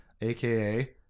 aka